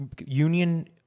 union